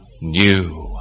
new